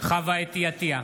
חוה אתי עטייה,